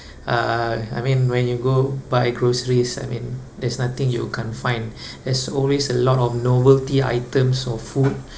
uh I mean when you go buy groceries I mean there's nothing you can't find there's always a lot of novelty items or food